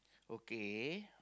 okay